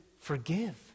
forgive